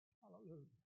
hallelujah